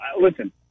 listen